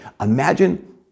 Imagine